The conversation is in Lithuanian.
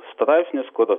straipsnis kur